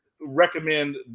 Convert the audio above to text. recommend